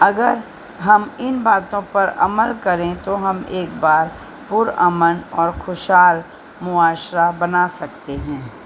اگر ہم ان باتوں پر عمل کریں تو ہم ایک بار پر امن اور خوشحال معاشرہ بنا سکتے ہیں